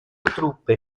truppe